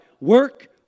Work